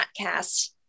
cast